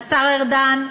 השר ארדן,